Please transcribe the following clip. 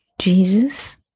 Jesus